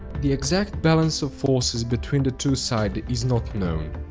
the exact balance of forces between the two sides is not known.